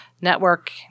network